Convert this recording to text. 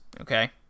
Okay